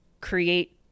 create